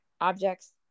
objects